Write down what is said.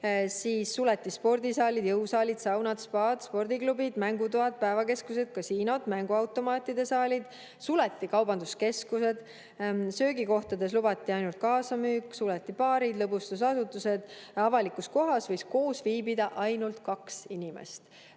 suleti spordisaalid, jõusaalid, saunad, spaad, spordiklubid, mängutoad, päevakeskused, kasiinod, mänguautomaatide saalid, suleti kaubanduskeskused, söögikohtades lubati ainult kaasamüük, suleti baarid, lõbustusasutused. Avalikus kohas võis koos viibida ainult kaks inimest.